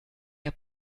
der